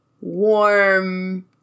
warm